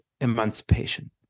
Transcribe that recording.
emancipation